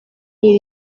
iri